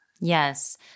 Yes